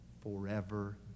forever